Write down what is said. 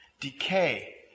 decay